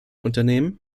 unternehmen